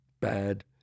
bad